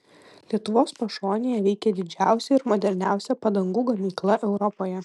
lietuvos pašonėje veikia didžiausia ir moderniausia padangų gamykla europoje